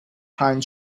pine